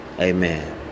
Amen